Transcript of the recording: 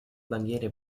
bandiere